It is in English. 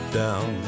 down